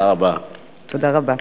תודה רבה.